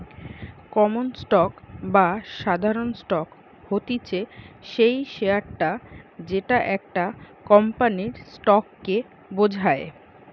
common stock বা সাধারণ stock হতিছে সেই শেয়ারটা যেটা একটা কোম্পানির স্টক কে বোঝায়